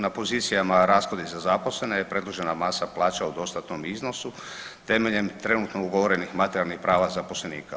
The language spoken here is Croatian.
Na pozicijama rashodi za zaposlene je predložena masa plaća u dostatnom iznosu temeljem trenutno ugovorenih materijalnih prava zaposlenika.